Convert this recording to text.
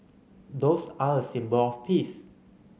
doves are a symbol of peace